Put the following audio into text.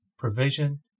provision